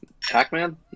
Pac-Man